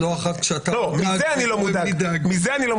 תודה.